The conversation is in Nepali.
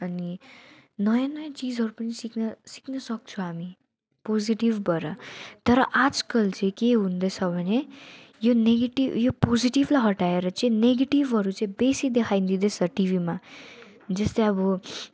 अनि नयाँ नयाँ चिजहरू पनि सिक्न सिक्न सक्छौँ हामी पोजिटिभबाट तर आजकल चाहिँ के हुँदैछ भने यो नेगेटिभ यो पोजिटिभलाई हटाएर चाहिँ नेगेटिभहरू चाहिँ बेसी देखाइँदैछ टिभीमा जस्तै अब